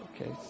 Okay